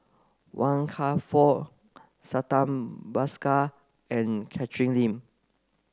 Wan Kam Fook Santha Bhaskar and Catherine Lim